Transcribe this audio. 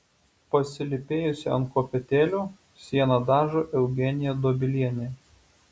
pasilypėjusi ant kopėtėlių sieną dažo eugenija dobilienė